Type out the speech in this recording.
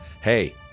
Hey